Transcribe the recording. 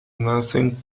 nacen